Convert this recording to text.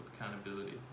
accountability